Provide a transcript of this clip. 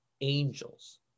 angels